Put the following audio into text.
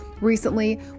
recently